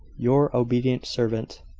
your obedient servant,